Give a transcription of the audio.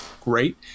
great